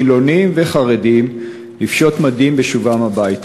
אישר צה"ל לחיילים חילונים וחרדים לפשוט מדים בשובם הביתה.